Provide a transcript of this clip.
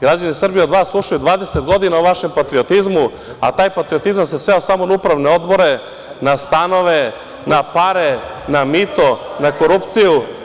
Građani Srbije od vas slušaju 20 godina o vašem patriotizmu, a taj patriotizam se sve samo na upravne odbore, na stanove, na pare, na mito, na korupciju.